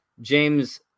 James